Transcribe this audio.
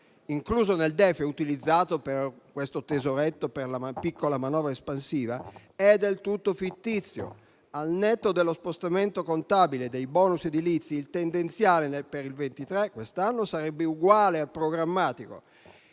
incluso nel DEF e utilizzato per questo tesoretto della piccola manovra espansiva, è del tutto fittizio: al netto dello spostamento contabile dei *bonus* edilizi, il tendenziale per il 2023 sarebbe uguale al programmatico